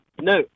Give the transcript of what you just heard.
No